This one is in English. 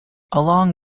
along